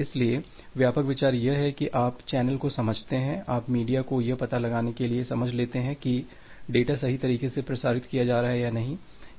इसलिए व्यापक विचार यह है कि आप चैनल को समझते हैं आप मीडिया को यह पता लगाने के लिए समझ लेते हैं कि डेटा सही तरीके से प्रसारित किया जा रहा है या नहीं